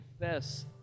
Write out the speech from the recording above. confess